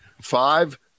five